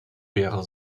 wäre